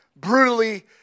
brutally